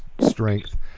Strength